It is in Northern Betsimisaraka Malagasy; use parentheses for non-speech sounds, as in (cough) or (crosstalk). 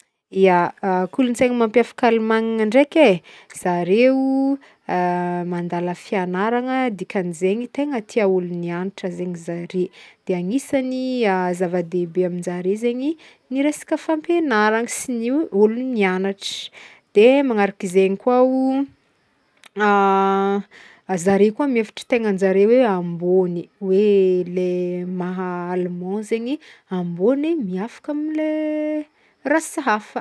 Ya (hesitation) kolontaigny mampiavaka Alimanina ndraiky e zareo (hesitation) mandala fianaragna dikan'izegny tegna tia olo niagnatra zegny zare de agnisany (hesitation) zavadehibe aminjare zegny ny resaka fampianaragna sy gny o olo nianatra de magnaraka izegny koa o (noise) (hesitation) zare koa mihevitry tegnanjare hoe ambôny hoe lay maha allemand zegny ambôny miavaka amle (hesitation) rasy hafa.